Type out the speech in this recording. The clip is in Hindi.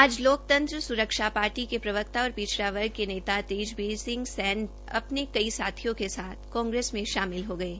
आज लोकतंत्र सुरक्षा पार्टी के प्रवक्ता और पिछड़ा वर्ग के नेता तेजवीर सैन अपने कई साथियों के साथ कांग्रेस में शामिल हो गये